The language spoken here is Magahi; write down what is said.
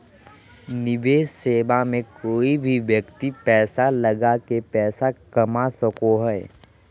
निवेश सेवा मे कोय भी व्यक्ति पैसा लगा के पैसा कमा सको हय